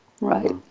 Right